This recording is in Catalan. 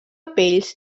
pells